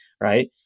right